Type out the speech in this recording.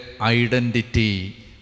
identity